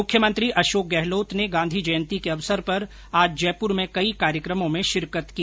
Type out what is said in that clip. मुख्यमंत्री अशोक गहलोत ने गांधी जयंती के अवसर पर आज जयपुर में कई कार्यक्रमों में शिरकत की